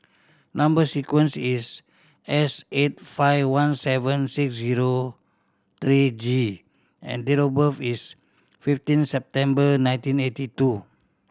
number sequence is S eight five one seven six zero three G and date of birth is fifteen September nineteen eighty two